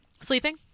Sleeping